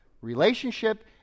relationship